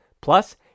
Plus